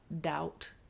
doubt